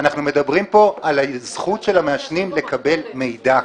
אנחנו מדברים פה על הזכות של המעשנים לקבל מידע.